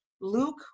Luke